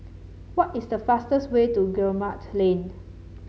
what is the fastest way to Guillemard Lane